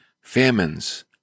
famines